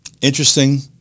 Interesting